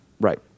Right